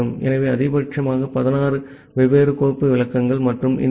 ஆகவே அதிகபட்சமாக 16 வெவ்வேறு கோப்பு விளக்கங்கள் மற்றும் இந்த எஃப்